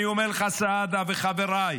אני אומר לך, סעדה וחבריי,